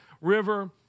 river